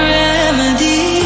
remedy